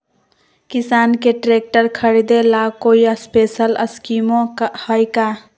किसान के ट्रैक्टर खरीदे ला कोई स्पेशल स्कीमो हइ का?